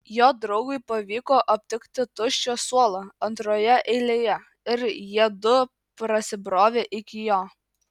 jo draugui pavyko aptikti tuščią suolą antroje eilėje ir jiedu prasibrovė iki jo